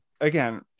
again